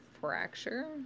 fracture